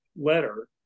letter